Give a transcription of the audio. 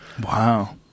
wow